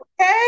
Okay